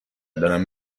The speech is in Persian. دارن